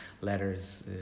letters